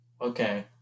Okay